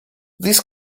this